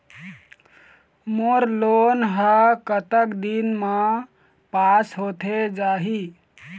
मोर loan हा कतक दिन मा पास होथे जाही?